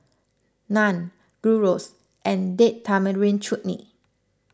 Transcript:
Naan Gyros and Date Tamarind Chutney